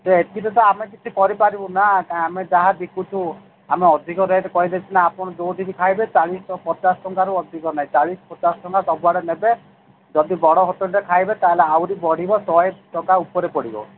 ସେ ଏଥିରେ ତ ଆମେ କିଛି କରିପାରିବୁନି ନା ଆମେ ଯାହା ବିକୁଛୁ ଆମେ ଅଧିକ ରେଟ୍ କହିଲେ ସିନା ଆପଣ ଯୋଉଠି ବି ଖାଇବେ ଚାଳିଶ ପଚାଶ ଟଙ୍କାରୁ ଅଧିକ ନାଇଁ ଚାଳିଶ ପଚାଶ ଟଙ୍କା ସବୁଆଡ଼େ ନେବେ ଯଦି ବଡ଼ ହୋଟେଲ୍ରେ ଖାଇବେ ତାହେଲେ ଆହୁରି ବଢ଼ିବ ଶହେ ଟଙ୍କା ଉପରେ ପଡ଼ିବ